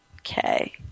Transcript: Okay